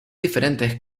diferentes